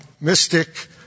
mystic